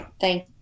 Thank